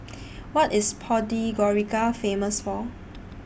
What IS Podgorica Famous For